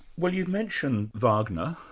well, you've mentioned wagner,